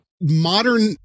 modern